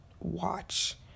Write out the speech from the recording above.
watch